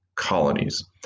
colonies